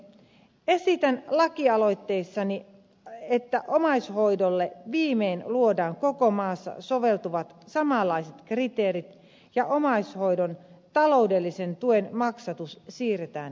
esitän lakialoitteessani että omaishoidolle viimein luodaan koko maahan soveltuvat samanlaiset kriteerit ja omaishoidon taloudellisen tuen maksatus siirretään kelalle